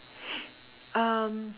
um